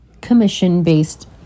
commission-based